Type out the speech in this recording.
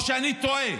או שאני טועה?